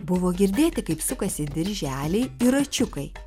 buvo girdėti kaip sukasi dirželiai ir račiukai